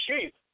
cheap